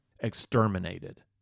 exterminated